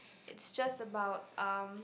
it's just about um